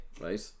right